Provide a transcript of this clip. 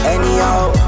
Anyhow